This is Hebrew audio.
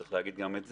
צריך להגיד גם את זה.